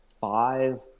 Five